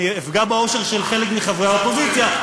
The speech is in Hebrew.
אני אפגע באושר של חלק מחברי האופוזיציה,